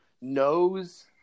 knows